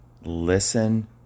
listen